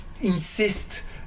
insist